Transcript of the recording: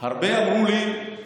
הרבה אמרו לי: